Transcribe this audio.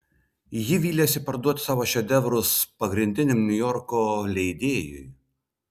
ji vylėsi parduoti savo šedevrus pagrindiniam niujorko leidėjui